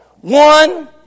One